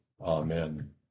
Amen